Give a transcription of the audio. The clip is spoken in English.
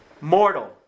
Mortal